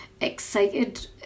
excited